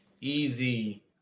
easy